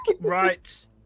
right